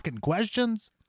questions